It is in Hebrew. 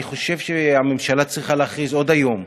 אני חושב שהממשלה צריכה להכריז עוד היום